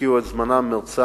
שהשקיעו את זמנם ומרצם